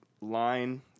line